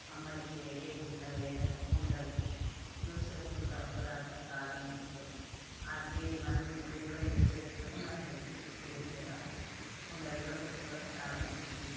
అంబలకి వేరే గిన్నెలు లేదంటే కుండలు యూస్ చేస్తూ ఉంటాము పురాతన కాలంలో అదే మనం ఇప్పుడికి కూడా యూస్ చేసుకుంటే మన హెల్త్ ఇస్యూస్ ఏమి రావు కుండలు కూడా పెట్టుకోవడం చాలా మంచిది